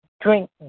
drink